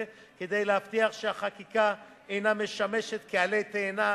כדי להבטיח שהחקיקה אינה משמשת כעלה תאנה